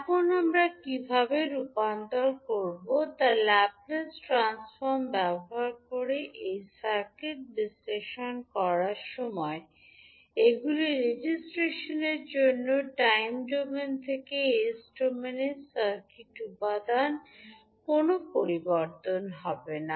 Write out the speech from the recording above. এখন আমরা কীভাবে রূপান্তর করব তা ল্যাপ্লেস ট্রান্সফর্ম ব্যবহার করে এই সার্কিট বিশ্লেষণ করার সময় এগুলি রেজিস্ট্রেশনের জন্য টাইম ডোমেন থেকে এস ডোমেনের সার্কিট উপাদান কোনও পরিবর্তন হবে না